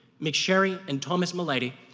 mcsherry and thomas mulledy,